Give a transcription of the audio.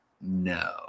no